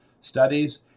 studies